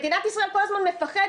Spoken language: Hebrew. מדינת ישראל כל הזמן מפחדת,